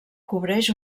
cobreix